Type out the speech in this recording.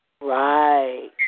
right